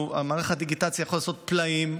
מערך הדיגיטציה יכול לעשות פלאים,